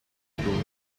schools